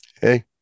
hey